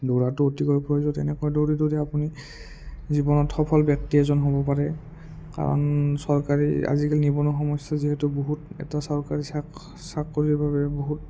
দৌৰাটো অতিকৈ প্ৰয়োজন তেনেকুৱা দৌৰি দৌৰি আপুনি জীৱনত সফল ব্যক্তি এজন হ'ব পাৰে কাৰণ চৰকাৰী আজিকালি নিবনুৱা সমস্যা যিহেতু বহুত এটা চৰকাৰী চাকৰিৰ বাবে বহুত